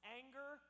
anger